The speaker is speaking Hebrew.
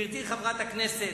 גברתי, חברת הכנסת,